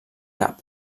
cap